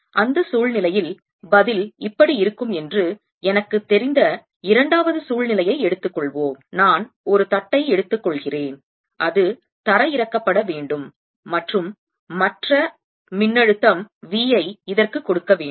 அந்த சூழ்நிலையில் பதில் இப்படி இருக்கும் என்று எனக்குத் தெரிந்த இரண்டாவது சூழ்நிலையை எடுத்துக் கொள்வோம் நான் ஒரு தட்டை எடுத்துக்கொள்கிறேன் அது தரையிறக்கப்பட வேண்டும் மற்றும் மற்ற மின்னழுத்தம் V ஐ இதற்கு கொடுக்க வேண்டும்